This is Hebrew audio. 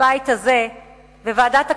בבית הזה וועדת הכספים,